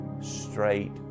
straight